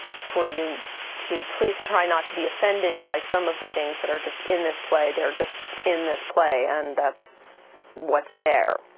for you to please try not to be offended by some of the things that are just in this play they're just in this play, and that's what's there.